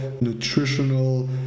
nutritional